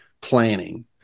planning